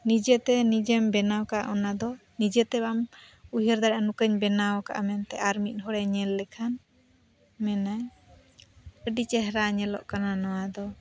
ᱱᱤᱡᱮᱛᱮ ᱱᱤᱡᱮᱢ ᱵᱮᱱᱟᱣ ᱠᱟᱜᱼᱟ ᱚᱱᱟᱫᱚ ᱱᱤᱡᱮᱛᱮ ᱵᱟᱢ ᱩᱭᱦᱟᱹᱨ ᱫᱟᱲᱮᱭᱟᱜᱼᱟ ᱱᱚᱝᱠᱟᱧ ᱵᱮᱱᱟᱣ ᱟᱠᱟᱫᱟ ᱢᱮᱱᱛᱮ ᱟᱨ ᱢᱤᱫ ᱦᱚᱲᱮ ᱧᱮᱞ ᱞᱮᱠᱷᱟᱱ ᱢᱮᱱᱟᱭ ᱟᱹᱰᱤ ᱪᱮᱦᱨᱟ ᱧᱮᱞᱚᱜ ᱠᱟᱱᱟ ᱱᱚᱣᱟ ᱫᱚ